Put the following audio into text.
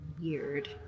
weird